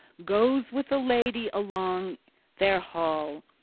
goes with the lady along their hall,